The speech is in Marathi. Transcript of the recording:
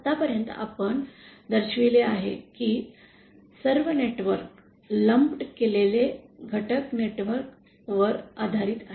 आतापर्यंत आपण दर्शविली आहे की सर्व नेटवर्क लंप केलेले घटक नेटवर्क वर आधारित आहेत